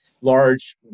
large